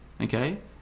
okay